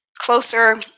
closer